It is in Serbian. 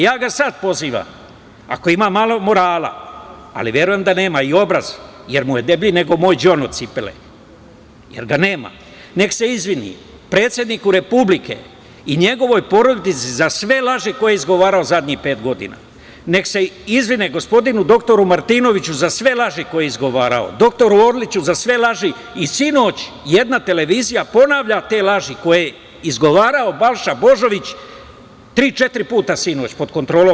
Ja ga sad pozivam, ako ima i malo morala, a verujem da nema, i obraz, jer mu je deblji nego moj đon od cipele, jer ga nema, nek se izvini predsedniku Republike i njegovoj porodici za sve laži koje je izgovarao u zadnjih pet godina, neka se izvini gospodinu dr Martinoviću za sve laži koje je izgovarao, dr Orliću za sve laži i sinoć jedna televizija pod kontrolom Dragana Đilasa ponavlja te laži koje je izgovorio Balša Božović, tri-četiri puta sinoć.